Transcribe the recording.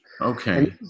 Okay